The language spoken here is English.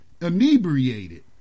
inebriated